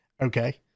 Okay